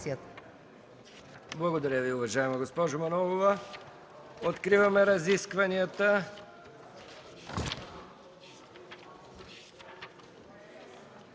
Благодаря Ви, уважаема госпожо Манолова. Откриваме разискванията.